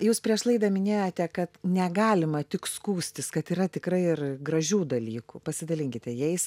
jūs prieš laidą minėjote kad negalima tik skųstis kad yra tikrai ir gražių dalykų pasidalinkite jais